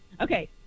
okay